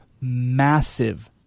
massive